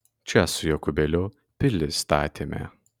čia su jokūbėliu pilis statėme